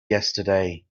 yesterday